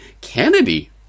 Kennedy